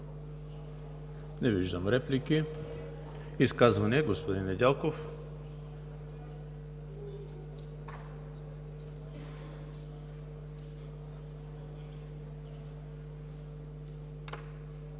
Не виждам реплики. Изказвания? Господин Недялков.